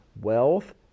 wealth